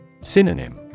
Synonym